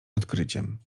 odkryciem